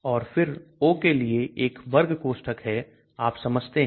और फिर O के लिए एक वर्ग कोष्ठक है आप समझते हैं